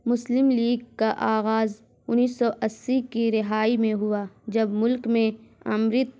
مسلم League کا آغاز انیس سو اسی کی رہائی میں ہوا جب ملک میں امرت